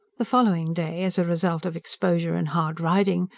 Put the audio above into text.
the following day, as a result of exposure and hard riding,